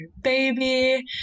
baby